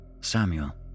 Samuel